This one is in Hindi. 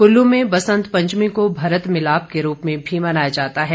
कुल्लू में बसंत पंचमी को भरत मिलाप के रूप में भी मनाया जाता है